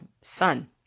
son